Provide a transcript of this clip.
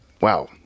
wow